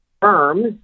firms